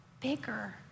bigger